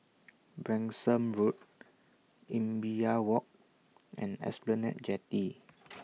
Branksome Road Imbiah Walk and Esplanade Jetty